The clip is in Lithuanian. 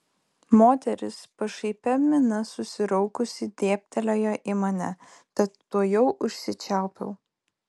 moteris pašaipia mina susiraukusi dėbtelėjo į mane tad tuojau užsičiaupiau